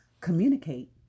communicate